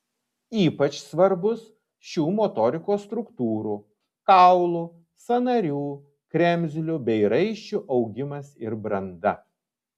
ypač svarbus šių motorikos struktūrų kaulų sąnarių kremzlių bei raiščių augimas ir branda